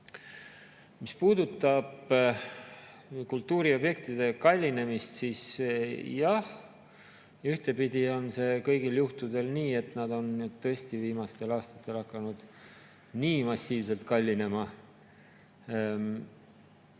Mis puudutab kultuuriobjektide [ehituse] kallinemist, siis jah, ühtpidi on see kõigil juhtudel nii, et nad on nüüd viimastel aastatel tõesti hakanud nii massiivselt kallinema,